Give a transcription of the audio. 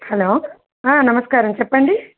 hello నమస్కారం చెప్పండి